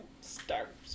start